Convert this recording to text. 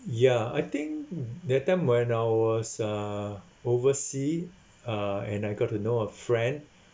ya I think that time when I was uh oversea uh and I got to know a friend